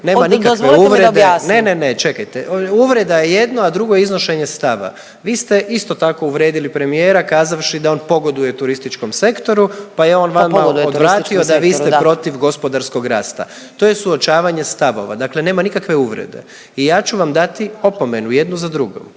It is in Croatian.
Ne, ne, ne čekajte. Uvreda je jedno, a drugo je iznošenje stava. Vi ste isto tako uvrijedili premijera kazavši da on pogoduje turističkom sektoru, pa je on vama odvratio … …/Upadica Benčić: Pa pogodujete turističkom sektoru, da./… … da vi ste protiv gospodarskog rasta. To je suočavanje stavova. Dakle, nema nikakve uvrede. I ja ću vam dati opomenu jednu za drugom.